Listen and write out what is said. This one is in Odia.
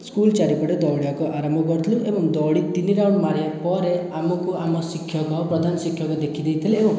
ସ୍କୁଲ୍ ଚାରିପଟେ ଦୌଡ଼ିବାକୁ ଆରମ୍ଭ କରିଥିଲୁ ଏବଂ ଦୌଡ଼ି ତିନି ରାଉଣ୍ଡ ମାରିବା ପରେ ଆମକୁ ଆମ ଶିକ୍ଷକ ପ୍ରଧାନ ଶିକ୍ଷକ ଦେଖିଦେଇଥିଲେ ଓ